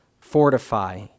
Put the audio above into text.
fortify